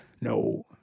No